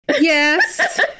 Yes